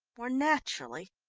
more naturally.